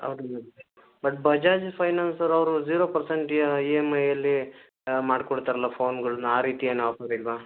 ಹೌದು madam but Bajaj financer zero ಜೀರೋ ಪರ್ಸೆಂಟ್ ಇಯ ಇ ಎಮ್ ಐಯಲ್ಲಿ ಮಾಡ್ಕೊಡ್ತಾರಲ್ಲ ಫೋನುಗಳ್ನ ಆ ರೀತಿ ಏನೂ ಆಫರ್ ಇಲ್ಲವಾ